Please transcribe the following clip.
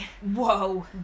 whoa